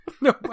no